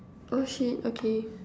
oh shit okay